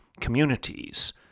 communities